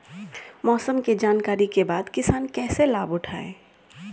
मौसम के जानकरी के बाद किसान कैसे लाभ उठाएं?